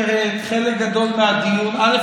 תראה, חלק גדול מהדיון, א.